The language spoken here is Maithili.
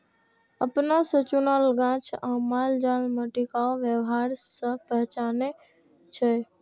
अपना से चुनल गाछ आ मालजाल में टिकाऊ व्यवहार से पहचानै छै